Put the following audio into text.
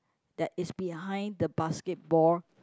that is behind the basketball